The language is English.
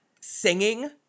singing